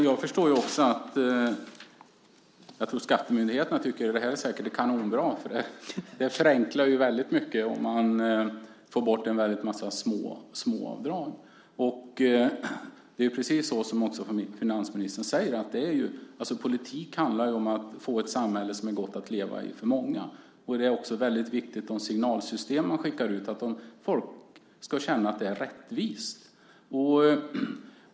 Fru talman! Jag tror säkert att skattemyndigheterna tycker att det är kanonbra. Om vi får bort en massa småavdrag förenklar det väldigt mycket för dem. Precis som finansministern säger handlar politik om att få ett samhälle som är gott att leva i för många. Då är de signaler man skickar ut viktiga så att folk känner att det blir rättvist.